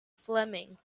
fleming